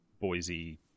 Boise